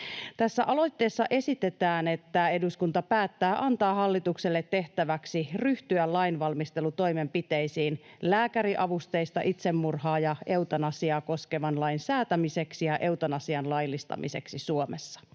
aloitteessa esitetään, että eduskunta päättää antaa hallitukselle tehtäväksi ryhtyä lainvalmistelutoimenpiteisiin lääkäriavusteista itsemurhaa ja eutanasiaa koskevan lain säätämiseksi ja eutanasian laillistamiseksi Suomessa.